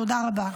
תודה רבה.